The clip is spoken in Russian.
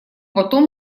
потом